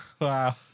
wow